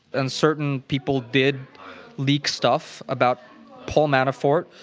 and certain people did leak stuff about paul manafort,